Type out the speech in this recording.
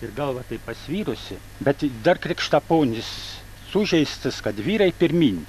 ir galva taip pasvirusi bet dar krikštaponis sužeistas kad vyrai pirmyn